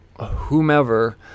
whomever